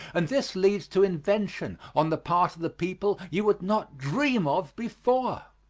and this leads to invention on the part of the people you would not dream of before.